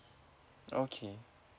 okay